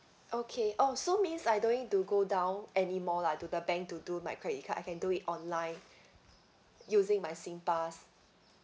okay oh so means I don't need to go down anymore lah to the bank to do my credit card I can do it online using my singpass